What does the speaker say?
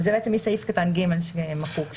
אבל זה בעצם מסעיף קטן (ג) שמחוק שם.